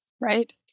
Right